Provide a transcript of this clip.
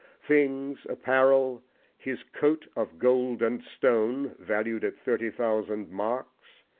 things, apparel his cote of gold and stone, valued at thirty thousand marks,